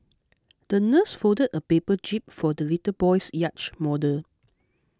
the nurse folded a paper jib for the little boy's yacht model